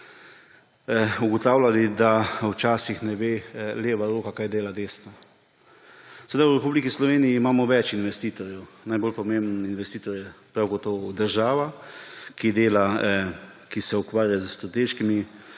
ugotavljali, da včasih ne ve leva roka, kaj dela desna. V Republiki Sloveniji imamo več investitorjev, najbolj pomemben investitor je prav gotovo država, ki se ukvarja s strateškimi